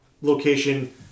location